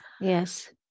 Yes